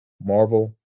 marvel